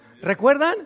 ¿Recuerdan